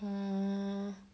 err